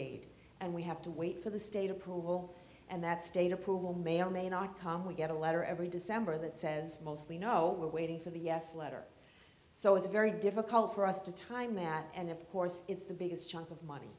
aid and we have to wait for the state approval and that state approval may or may not come we get a letter every december that says mostly no we're waiting for the yes letter so it's very difficult for us to time that and of course it's the biggest chunk of money